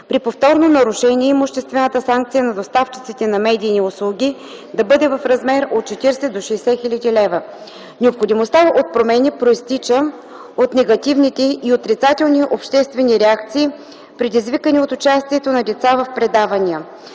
При повторно нарушение имуществената санкция за доставчиците на медийни услуги да бъде в размер от 40 000 до 60 000 лв. Необходимостта от промени произтича от негативните и отрицателни обществени реакции, предизвикани от участието на деца в предавания.